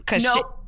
No